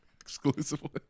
exclusively